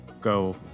go